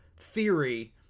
theory